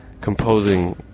composing